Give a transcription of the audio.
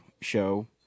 show